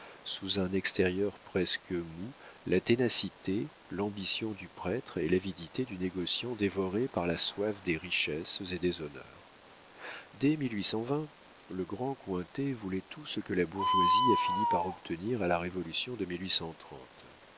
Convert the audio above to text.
sous un extérieur presque mou la ténacité l'ambition du prêtre et l'avidité du négociant dévoré par la soif des richesses et des honneurs dès le grand cointet voulait tout ce que la bourgeoisie a fini par obtenir à la révolution de